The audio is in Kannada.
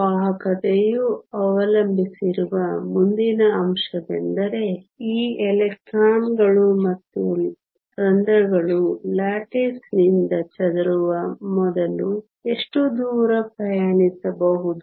ವಾಹಕತೆಯು ಅವಲಂಬಿಸಿರುವ ಮುಂದಿನ ಅಂಶವೆಂದರೆ ಈ ಎಲೆಕ್ಟ್ರಾನ್ಗಳು ಮತ್ತು ರಂಧ್ರಗಳು ಲ್ಯಾಟಿಸ್ನಿಂದ ಚದುರುವ ಮೊದಲು ಎಷ್ಟು ದೂರ ಪ್ರಯಾಣಿಸಬಹುದು